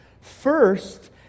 First